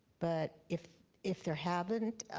but if if there haven't,